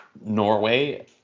Norway